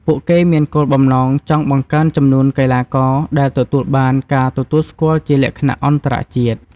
ពួកគេមានគោលបំណងចង់បង្កើនចំនួនកីឡាករដែលទទួលបានការទទួលស្គាល់ជាលក្ខណៈអន្តរជាតិ។